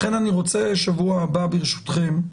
לכן אני רוצה בשבוע הבא, ברשותכם,